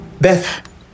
Beth